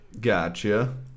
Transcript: gotcha